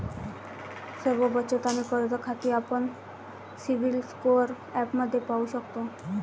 सर्व बचत आणि कर्ज खाती आपण सिबिल स्कोअर ॲपमध्ये पाहू शकतो